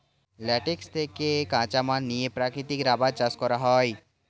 latex থেকে কাঁচামাল নিয়ে প্রাকৃতিক রাবার চাষ করা হয়